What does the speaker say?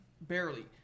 barely